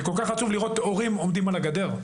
כל כך עצוב לראות הורים עומדים על הגדר.